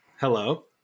Hello